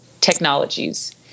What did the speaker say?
technologies